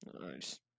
Nice